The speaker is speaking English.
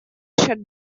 shut